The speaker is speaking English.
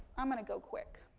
i'm going to go quick.